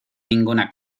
ninguna